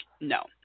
no